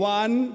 one